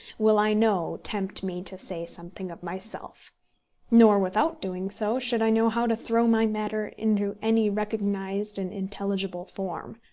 will, i know, tempt me to say something of myself nor, without doing so, should i know how to throw my matter into any recognised and intelligible form.